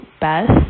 best